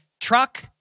truck